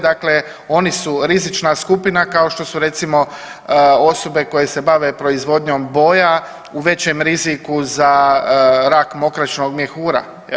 Dakle, oni su rizična skupina kao što su recimo osobe koje se bave proizvodnjom boja u većem riziku za rak mokraćnog mjehura.